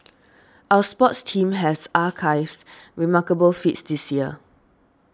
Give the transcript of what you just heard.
our sports team has achieved remarkable feats this year